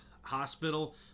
hospital